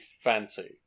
fancy